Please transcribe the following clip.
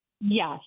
Yes